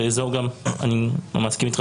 אני מסכים איתך,